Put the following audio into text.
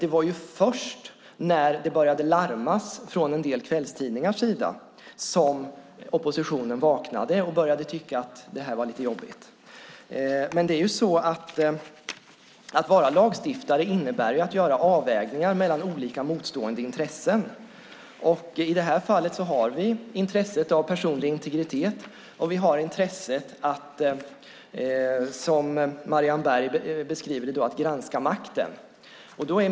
Det var först när det började larmas från en del kvällstidningars sida som oppositionen vaknade och började tycka att detta var lite jobbigt. Att vara lagstiftare innebär dock att göra avvägningar mellan olika motstående intressen. I detta fall har vi intresset av personlig integritet, och vi har intresset av att, som Marianne Berg beskriver det, granska makten.